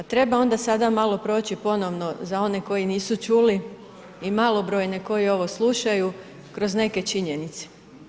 Treba onda sada malo proći ponovno za one koji nisu čuli i malobrojne koji ovo slušaju kroz neke činjenice.